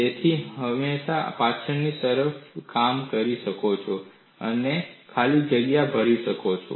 તેથી તમે હંમેશા પાછળની તરફ કામ કરી શકો છો અને ખાલી જગ્યાઓ ભરી શકો છો